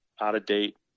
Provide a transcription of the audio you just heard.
out-of-date